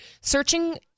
searching